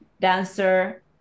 dancer